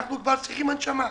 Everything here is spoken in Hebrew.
אנחנו כבר צריכים הנשמה.